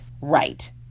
right